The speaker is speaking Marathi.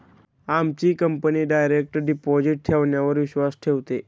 आमची कंपनी डायरेक्ट डिपॉजिट ठेवण्यावर विश्वास ठेवते